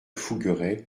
fougueray